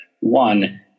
One